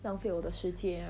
浪费我的时间